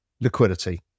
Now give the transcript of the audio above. liquidity